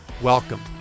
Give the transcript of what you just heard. Welcome